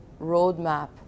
roadmap